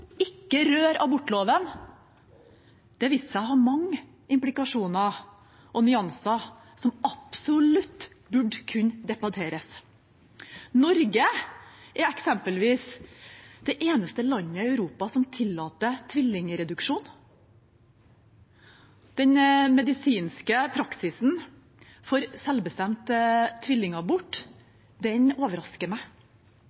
ikke rør abortloven – viste seg å ha mange implikasjoner og nyanser som absolutt burde kunne debatteres. Norge er eksempelvis det eneste landet i Europa som tillater tvillingreduksjon. Den medisinske praksisen for selvbestemt tvillingabort